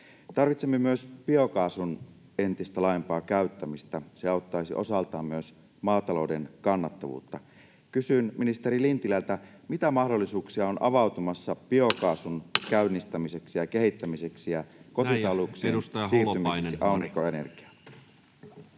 Tarvitsemme myös biokaasun entistä laajempaa käyttämistä. Se auttaisi osaltaan myös maatalouden kannattavuutta. Kysyn ministeri Lintilältä: mitä mahdollisuuksia on avautumassa biokaasun käynnistämiseksi ja kehittämiseksi ja kotitalouksien siirtymiseksi aurinkoenergiaan?